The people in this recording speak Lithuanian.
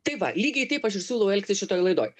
tai va lygiai taip aš ir siūlau elgtis šitoj laidoj